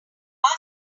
our